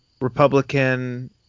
Republican